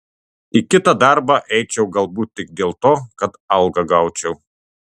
į kitą darbą eičiau galbūt tik dėl to kad algą gaučiau